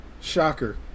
shocker